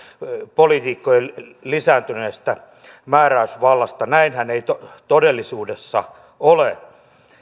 poliitikkojen lisääntyneestä määräysvallasta näinhän ei todellisuudessa ole